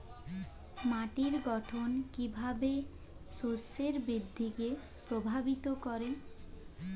মাটির গঠন কীভাবে শস্যের বৃদ্ধিকে প্রভাবিত করে?